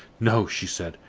no, she said,